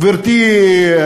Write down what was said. גברתי,